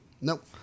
Nope